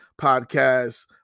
podcast